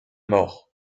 mort